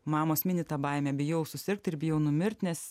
mamos mini tą baimę bijau susirgt ir bijau numirt nes